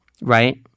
Right